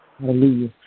Hallelujah